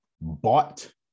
bought